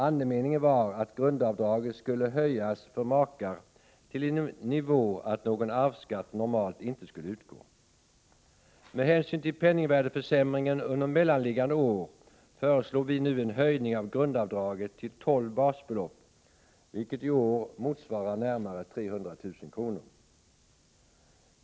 Andemeningen var att grundavdraget för makar skulle höjas till en nivå så att någon arvsskatt normalt inte skulle utgå. Med hänsyn till penningvärdesförsämringen under mellanliggande år föreslår vi nu en höjning av grundavdraget till tolv basbelopp, vilket i år motsvarar närmare 300 000 kr.